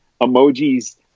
emojis